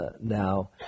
now